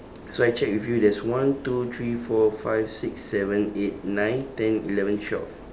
so I check with you there's one two three four five six seven eight nine ten eleven twelve